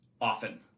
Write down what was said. often